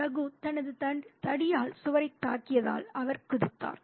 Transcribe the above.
ரகு தனது தடியால் சுவரைத் தாக்கியதால் அவர் குதித்தார்